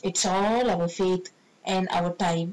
it's all our fate and our time